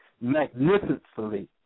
magnificently